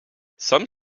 some